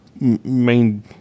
main